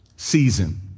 season